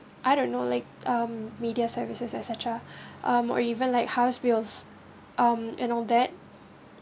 I don't know like um media services etcetera um or even like house bills um and all that